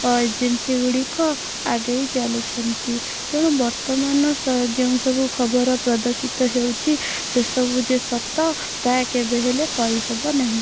ଓ agency ଗୁଡ଼ିକ ଆଗେଇ ଚାଲିଛନ୍ତି ତେଣୁ ବର୍ତ୍ତମାନ ଯେଉଁ ସବୁ ଖବର ପ୍ରଦର୍ଶିତ ହେଉଛି ସେସବୁ ଯେ ସତ ତା' କେବେ ହେଲେ କହିହେବନାହିଁ